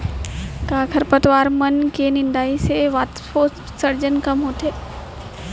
का खरपतवार मन के निंदाई से वाष्पोत्सर्जन कम होथे?